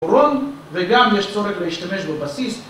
וגם יש צורך להשתמש בבסיס